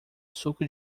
suco